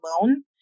alone